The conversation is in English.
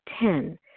Ten